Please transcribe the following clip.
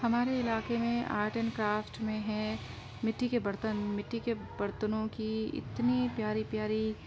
ہمارے علاکے میں آرٹ اینڈ کرافٹ میں ہے مٹی کے برتن مٹی کے برتنوں کی اتنی پیاری پیاری